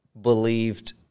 believed